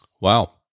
Wow